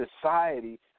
society